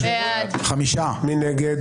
מי נגד?